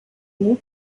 new